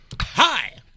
Hi